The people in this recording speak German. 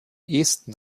esten